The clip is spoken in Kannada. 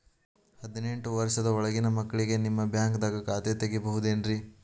ಹದಿನೆಂಟು ವರ್ಷದ ಒಳಗಿನ ಮಕ್ಳಿಗೆ ನಿಮ್ಮ ಬ್ಯಾಂಕ್ದಾಗ ಖಾತೆ ತೆಗಿಬಹುದೆನ್ರಿ?